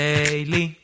Daily